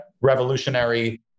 revolutionary